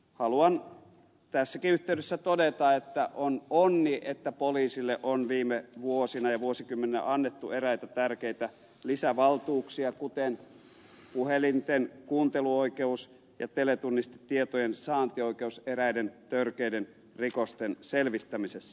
haluan tässäkin yhteydessä todeta että on onni että poliisille on viime vuosina ja vuosikymmeninä annettu eräitä tärkeitä lisävaltuuksia kuten puhelinten kuunteluoikeus ja teletunnistetietojen saantioikeus eräiden törkeiden rikosten selvittämisessä